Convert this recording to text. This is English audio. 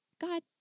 God